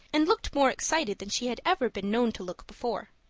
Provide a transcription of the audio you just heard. and looked more excited than she had ever been known to look before.